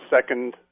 second